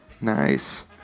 Nice